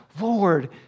Lord